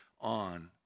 on